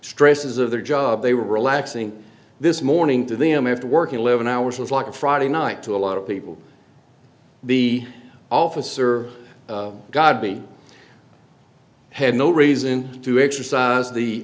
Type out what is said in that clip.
stresses of their job they were relaxing this morning to them after working eleven hours was like a friday night to a lot of people the officer godby had no reason to exercise the